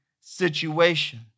situation